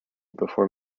before